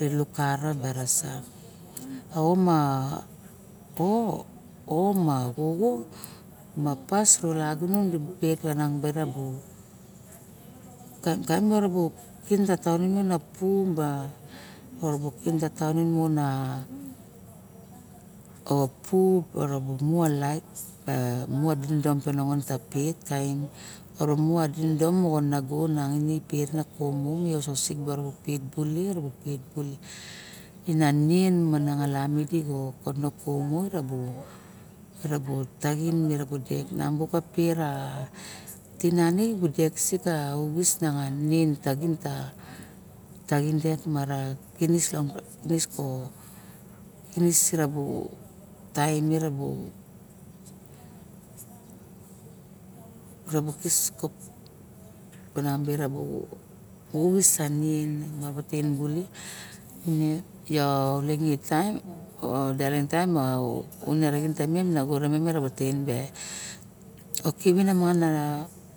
i lukara basa ao ma xoxo ma pas ulagunon pet baovang bara bu kaim bara bu pin ka tonim bu urukin tatonim bara poo mu laek ma dodom pe nongon dibu pet kaim uru mu dindom e nago pet nu kumu me ososik pet bule pet buleng kina nien ma lami kono kumu erubu taxin vet lamu ki pet a tinani deksi pet a nen tanin dek mara kinis ko kinis mo taem rabu kis konami rabu kis uxis a nin mabu taxin buli ne yo ulingit team o one raxin temum ribu tengen be okivi ra manana taem.